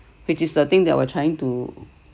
which is the thing that we're trying to